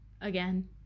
again